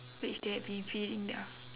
which they have been feeding their